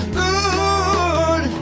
good